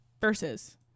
versus